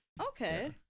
okay